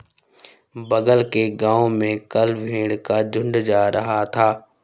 बगल के गांव में कल भेड़ का झुंड जा रहा था